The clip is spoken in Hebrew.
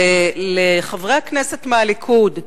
וחברי הכנסת מהליכוד,